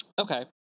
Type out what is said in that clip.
Okay